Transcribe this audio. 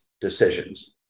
decisions